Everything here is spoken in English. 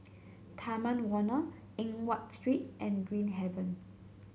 Taman Warna Eng Watt Street and Green Haven